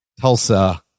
Tulsa